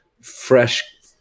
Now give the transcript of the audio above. fresh